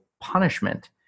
punishment